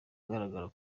agaragara